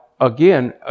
Again